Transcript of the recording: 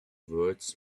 words